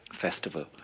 festival